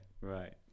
right